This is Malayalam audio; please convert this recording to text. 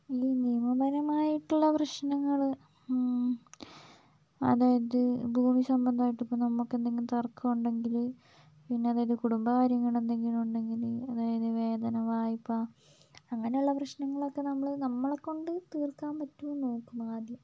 ഈ നിയമപരമായിട്ടുള്ള പ്രശ്നങ്ങൾ അതായിത് ഭൂമി സംബന്ധമായിട്ട് ഇപ്പോൾ നമുക്ക് എന്തെങ്കിലും തർക്കമുണ്ടെങ്കിൽ പിന്നെ അതായത് കുടുംബ കാര്യങ്ങൾ എന്തെങ്കിലും ഉണ്ടെങ്കിൽ അതായത് വേതന വായ്പ്പാ അങ്ങനെയുള്ള പ്രശ്നങ്ങളൊക്കെ നമ്മൾ നമ്മളെ കൊണ്ട് തീർക്കാൻ പറ്റുമൊന്ന് നോക്കണം ആദ്യം